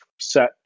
set